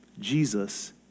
Jesus